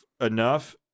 enough